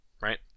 right